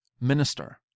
minister